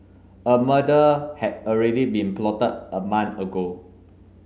a murder had already been plotted a month ago